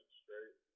straight